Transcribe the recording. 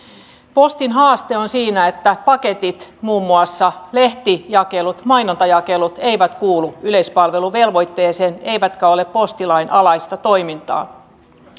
postin haaste on siinä että paketit muun muassa lehtijakelut mainontajakelut eivät kuulu yleispalveluvelvoitteeseen eivätkä ole postilain alaista toimintaa